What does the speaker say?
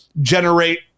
generate